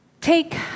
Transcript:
Take